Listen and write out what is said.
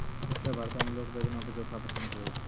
उत्तर भारतो मे लोक बैंगनो के चोखा पसंद करै छै